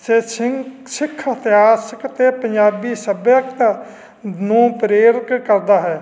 ਸੇ ਸਿ ਸਿੱਖ ਇਤਿਹਾਸਿਕ ਅਤੇ ਪੰਜਾਬੀ ਸੱਭਿਅਤਾ ਨੂੰ ਪ੍ਰੇਰਿਤ ਕਰਦਾ ਹੈ